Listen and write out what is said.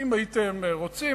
שאם הייתם רוצים,